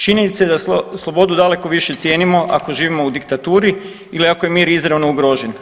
Činjenica je da slobodu daleko više cijenimo ako živimo u diktaturi ili ako je mir izravno ugrožen.